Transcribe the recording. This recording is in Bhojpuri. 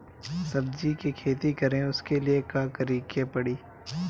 सब्जी की खेती करें उसके लिए का करिके पड़ी?